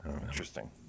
interesting